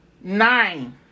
nine